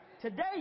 Today